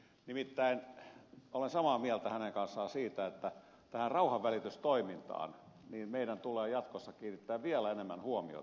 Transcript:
nimittäin olen samaa mieltä hänen kanssaan siitä että tähän rauhanvälitystoimintaan meidän tulee jatkossa kiinnittää vielä enemmän huomiota